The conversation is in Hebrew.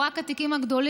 או רק את התיקים הגדולים.